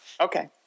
Okay